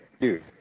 dude